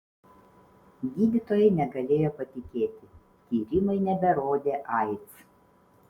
gydytojai negalėjo patikėti tyrimai neberodė aids